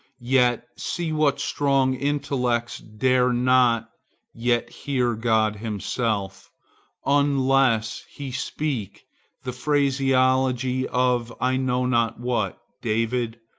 yet see what strong intellects dare not yet hear god himself unless he speak the phraseology of i know not what david,